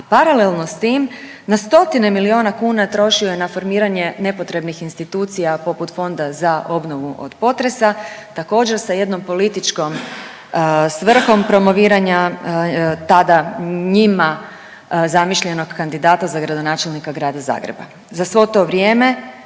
paralelno s tim na stotine milijuna kuna trošio je na formiranje nepotrebnih institucija poput Fonda za obnovu od potresa također sa jednom političkom svrhom, promoviranja tada njima zamišljenog kandidata za gradonačelnika Grada Zagreba. Za svo to vrijeme